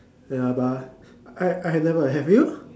ya but I I have never have you